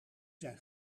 zijn